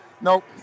Nope